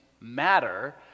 matter